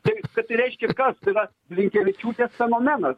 tai kad reiškia kas yra blinkevičiūtės fenomenas